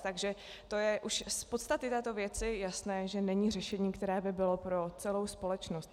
Takže to je už z podstaty této věci jasné, že není řešením, které by bylo pro celou společnost.